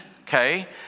okay